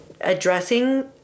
addressing